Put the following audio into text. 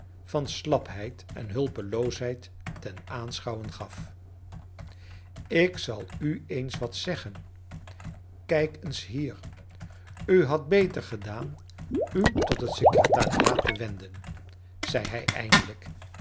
van slapheid en hulpeloosheid te aanschouwen gaf ik zal u eens wat zeggen krjk eens hier u hadt beter gedaan u tot het secretariaat te wenden zei hij eindelijk